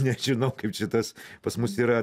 nežinau kaip čia tas pas mus yra